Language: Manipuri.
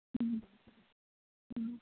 ꯎꯝ